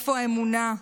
איפה האמונה?